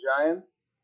Giants